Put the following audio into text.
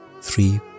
three